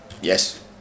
Yes